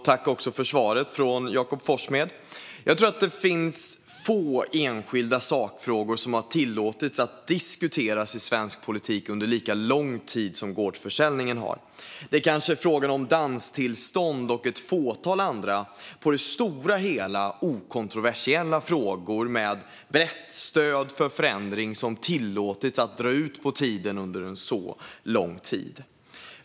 Herr talman! Tack, Jakob Forssmed, för svaret! Jag tror att det finns få enskilda sakfrågor som har tillåtits diskuteras i svensk politik under lika lång tid som gårdsförsäljning. Det är kanske frågan om danstillstånd och ett fåtal andra på det hela taget okontroversiella frågor med brett stöd för förändring som tillåtits dra ut på tiden lika länge.